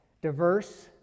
Diverse